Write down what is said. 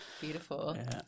Beautiful